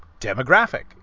demographic